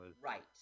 Right